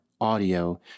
audio